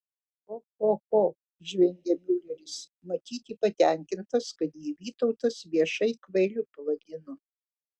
cho cho cho žvengė miuleris matyti patenkintas kad jį vytautas viešai kvailiu pavadino